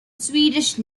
swedish